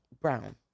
brown